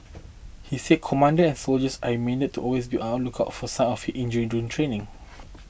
he said commander and soldiers are reminded to always be outlook of for sign of injury during training